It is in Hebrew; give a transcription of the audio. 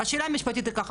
השאלה המשפטית היא ככה,